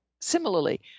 similarly